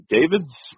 David's